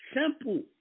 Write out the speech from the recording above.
Simple